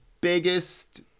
biggest